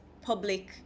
public